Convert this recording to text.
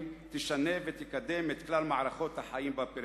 תשנה ותקדם את כלל מערכות החיים בפריפריה.